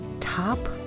top